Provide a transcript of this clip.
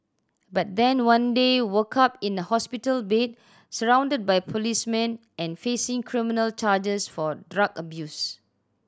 but then one day woke up in a hospital bed surrounded by policemen and facing criminal charges for drug abuse